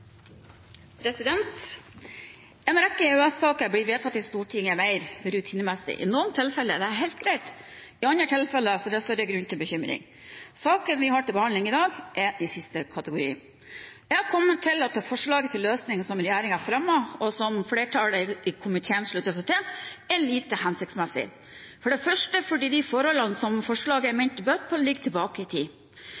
helt greit, i andre tilfeller er det større grunn til bekymring. Saken vi har til behandling i dag, er i siste kategori. Jeg har kommet til at det forslaget til løsning som regjeringen fremmer, og som flertallet i komiteen slutter seg til, er lite hensiktsmessig. For det første er det fordi de forholdene som forslaget er ment å bøte på, ligger tilbake i tid.